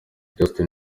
justin